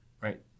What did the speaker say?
right